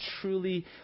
truly